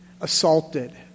assaulted